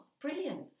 brilliant